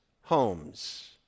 homes